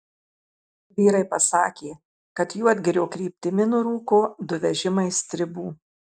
vyrai pasakė kad juodgirio kryptimi nurūko du vežimai stribų